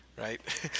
right